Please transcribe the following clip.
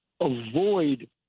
avoid